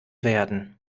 werden